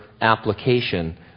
application